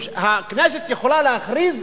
הכנסת יכולה להכריז,